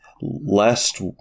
Last